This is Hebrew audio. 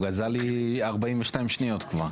הוא גזל לי 42 שניות כבר.